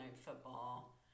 Football